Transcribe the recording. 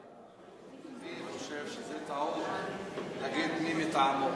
אני חושב שזו טעות להגיד "מי מטעמו".